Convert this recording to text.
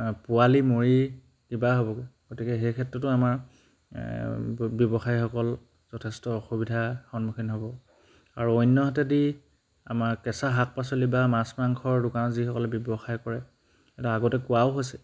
আ পোৱালি মৰি কিবা হ'বগৈ গতিকে সেই ক্ষেত্ৰতো আমাৰ এ ব্যৱসায়সকল যথেষ্ট অসুবিধাৰ সন্মুখীন হ'ব আৰু অন্যহাতেদি আমাৰ কেঁচা শাক পাচলি বা মাছ মাংসৰ দোকানৰ যিসকলে ব্যৱসায় কৰে এইটো আগতে কোৱাও হৈছে